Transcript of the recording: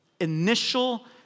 initial